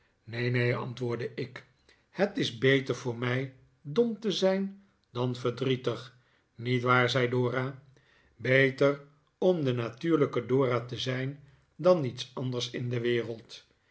neen neen antwoordde ik het is beter voor mij dom te zijn dan verdrietig niet waar zei dora beter om de natuurlijke dora te zijn dan iets anders in de wereld